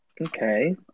Okay